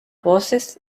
voces